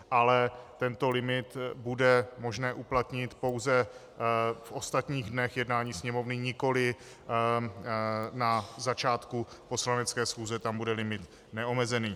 Ale tento limit bude možné uplatnit pouze v ostatních dnech jednání Sněmovny, nikoliv na začátku poslanecké schůze, tam bude limit neomezený.